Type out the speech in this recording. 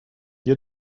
your